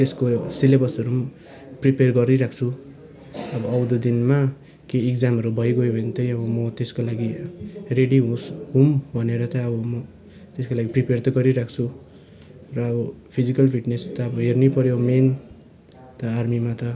त्यसको सिलेबसहरू पनि प्रिपेर गरिरहेको छु अब आउँदो दिनमा केही इक्जामहरू भइगयो भने चाहिँ अब म त्यसको लागि रेडी होस् हुँ भनेर चाहिँ अब म त्यसको लागि प्रिपेर त गरिरहेको छु र अब फिजिकल फिटनेस त अब हेर्नैपऱ्यो मेन त आर्मीमा त